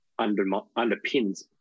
underpins